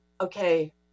okay